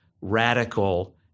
radical